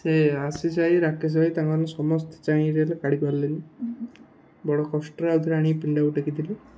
ସେ ରାକେଶ ଭାଇ ତାଙ୍କମାନେ ସମସ୍ତେ ଚାହିଁରେଲେ କାଢ଼ିପାରିଲେନି ବଡ଼ କଷ୍ଟରେ ଆଉ ଥରେ ଆଣିକି ପିଣ୍ଡାକୁ ଟେକିଥିଲି